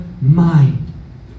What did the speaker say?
mind